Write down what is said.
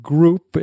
Group